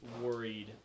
worried